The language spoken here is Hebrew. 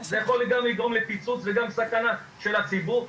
זה יכול גם לגרום לפיצוץ וגם לסכנה של הציבור.